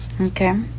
Okay